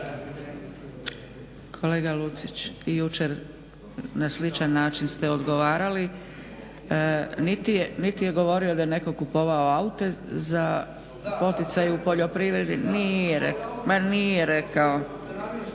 Kolega Lucić i jučer na sličan način ste odgovarali, niti je govorio da je netko kupovao aute za poticaj u poljoprivredi, ma nije rekao.